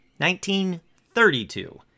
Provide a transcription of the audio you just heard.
1932